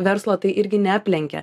verslo tai irgi neaplenkia